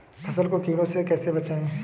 फसल को कीड़ों से कैसे बचाएँ?